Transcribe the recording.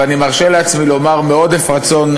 ואני מרשה לעצמי לומר מעודף רצון,